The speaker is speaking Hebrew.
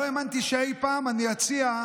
לא האמנתי שאי פעם אני אציע,